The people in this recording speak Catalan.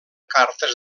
cartes